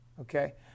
okay